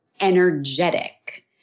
energetic